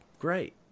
great